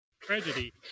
tragedy